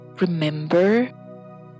remember